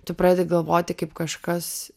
tu pradedi galvoti kaip kažkas